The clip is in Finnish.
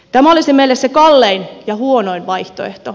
tämä olisi meille se kallein ja huonoin vaihtoehto